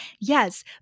yes